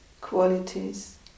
qualities